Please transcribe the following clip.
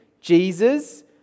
Jesus